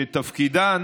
שתפקידן,